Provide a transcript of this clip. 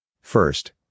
First